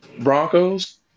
Broncos